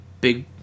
big